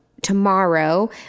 Tomorrow